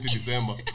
December